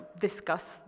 discuss